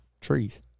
trees